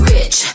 Rich